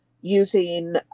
using